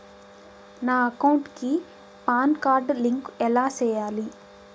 నా అకౌంట్ కి PAN card link ఎలా సేయాలి